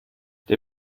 der